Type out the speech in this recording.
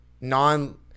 non